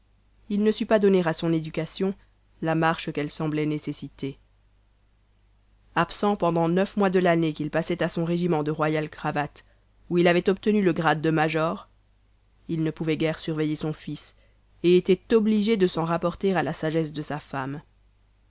il ne sut pas donner à son éducation la marche qu'elle semblait nécessiter absent pendant neuf mois de l'année qu'il passait à son régiment de royal cravate où il avait obtenu le grade de major il ne pouvait guère surveiller son fils et était obligé de s'en rapporter à la sagesse de sa femme